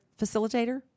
facilitator